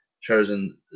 chosen